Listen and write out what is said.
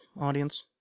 audience